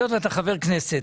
היות ואתה חבר כנסת,